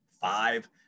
five